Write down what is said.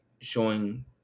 showing